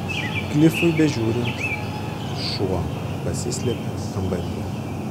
klifui bežiūrint šuo pasislėpė kambaryje